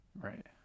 right